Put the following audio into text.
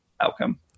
outcome